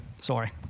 sorry